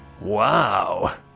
Wow